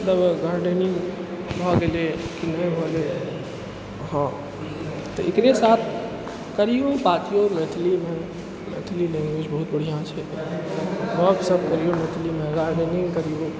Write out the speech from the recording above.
gardening भऽ गेलै कि नहि भेलै हँ तऽ एकरे साथ करिऔ बाजिऔ मैथिलीमे मैथिली भाषा बहुत बढ़िआँ छै गप शप करिऔ मैथिलीमे गार्डेनिङ्ग करिऔ